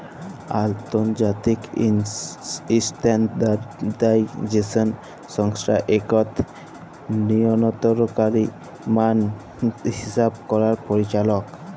আলতর্জাতিক ইসট্যানডারডাইজেসল সংস্থা ইকট লিয়লতরলকারি মাল হিসাব ক্যরার পরিচালক